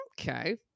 Okay